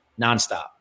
nonstop